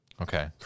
Okay